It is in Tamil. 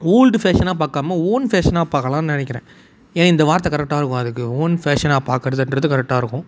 ஓல்டு ஃபேஷனாக பார்க்காம ஓன் ஃபேஷனாக பார்க்கலானு நினைக்கிறேன் ஏன்னா இந்த வார்த்தை கரெக்டாக இருக்கும் அதுக்கு ஓன் ஃபேஷனாக பார்க்கறதுன்றது கரெக்டாக இருக்கும்